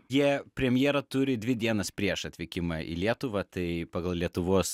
jie premjerą turi dvi dienas prieš atvykimą į lietuvą tai pagal lietuvos